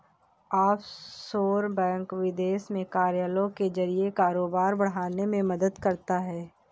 offshore bank विदेश में कार्यालयों के जरिए कारोबार बढ़ाने में मदद करता है